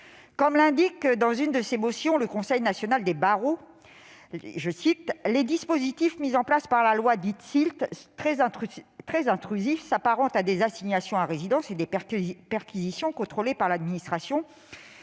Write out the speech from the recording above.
comme l'indique dans l'une de ses motions le Conseil national des barreaux, « les dispositifs mis en place par la loi dite " SILT ", très intrusifs, qui s'apparentent à des assignations à résidence et des perquisitions contrôlées par l'administration,